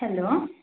hello